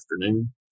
afternoon